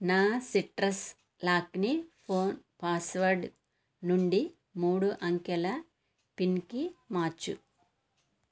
నా సిట్రస్ లాక్ని phone password నుండి మూడు అంకెల పిన్కి మార్చు